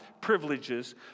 privileges